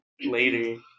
later